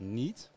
niet